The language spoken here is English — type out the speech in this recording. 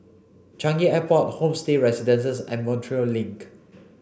Changi Airport Homestay Residences and Montreal Link